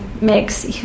mix